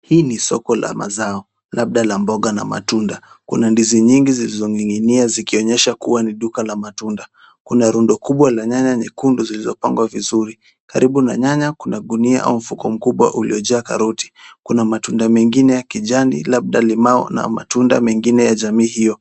Hii ni soko la mazao labda la mboga na matunda. Kuna ndizi nyingi zilizoning'inia zikuonyesha kuwa ni duka la matunda. Kuna rundo kubwa la nyanya nyekundu zilizopangwa vizuri. Karibu na nyanya kuna gunia au mfuko mkubwa uliojaa karoti. Kuna matunda mengine ya kijani labda limau na matunda mengine ya jamii hiyo.